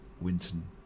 Winton